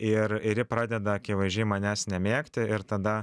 ir ir ji pradeda akivaizdžiai manęs nemėgti ir tada